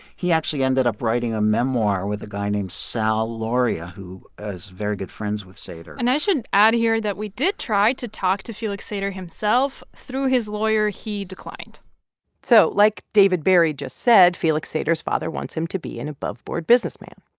he actually ended up writing a memoir with a guy named sal lauria, who is very good friends with sater and i should add here that we did try to talk to felix sater himself. through his lawyer, he declined so like david berry just said, felix sater's father wants him to be an above-board businessman.